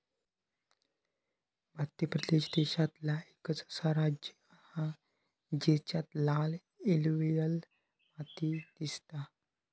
मध्य प्रदेश देशांतला एकंच असा राज्य हा जेच्यात लाल एलुवियल माती दिसता